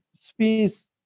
space